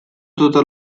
totes